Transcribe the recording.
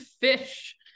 fish